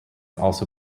also